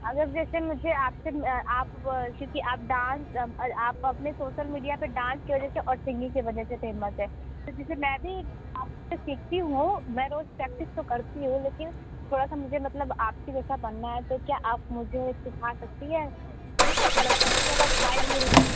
अगर जैसे मुझे आप से आप क्योंकि आप डांस आप अपने सोसल मीडिया पर डांस की वजह से और सिंगिंग की वजह से फेसम हैं तो जैसे मैं भी आप से सीखती हूँ मैं रोज़ प्रैक्टिस तो करती हूँ लेकिन थोड़ा सा मुझे मतलब आपके जैसा बनना है तो क्या आप मुझे सिखा सकती हैं मतलब कभी भी अगर टाइम मिले